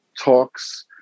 talks